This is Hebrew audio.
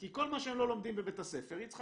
כי כל מה שהם לא לומדים בבית הספר היא צריכה